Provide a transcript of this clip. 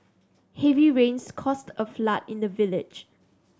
heavy rains caused a flood in the village